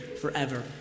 forever